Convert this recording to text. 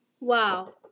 Wow